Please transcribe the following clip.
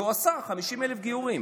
והוא עשה 50,000 גיורים.